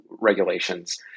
regulations